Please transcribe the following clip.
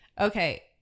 Okay